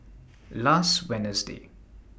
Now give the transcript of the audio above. last Wednesday